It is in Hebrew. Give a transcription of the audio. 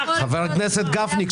מה עכשיו- -- חבר הכנסת גפני,